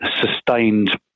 sustained